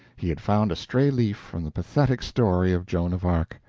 he had found a stray leaf from the pathetic story of joan of arc.